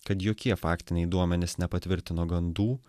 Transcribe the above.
kad jokie faktiniai duomenys nepatvirtino gandų